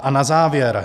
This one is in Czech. A na závěr.